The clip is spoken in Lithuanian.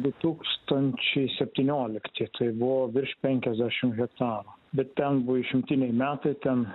du tūkstančiai septyniolikti tai buvo virš penkiasdešim hektarų bet ten buvo išimtiniai metai ten